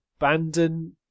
Abandon